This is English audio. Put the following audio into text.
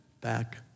back